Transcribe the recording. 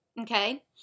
Okay